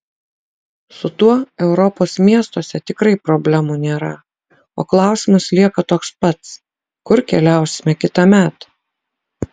su tuo europos miestuose tikrai problemų nėra o klausimas lieka toks pats kur keliausime kitąmet